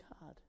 God